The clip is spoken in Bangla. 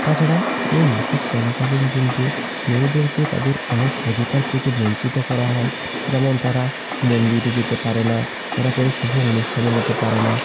তাছাড়া এই মাসিক চলাকালীন কিন্তু মেয়েদেরকে তাদের অনেক অধিকার থেকে বঞ্চিত করা হয় যেমন তারা মন্দিরে যেতে পারে না তারা কোনো শুভ অনুষ্ঠানে যেতে পারে না